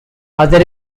other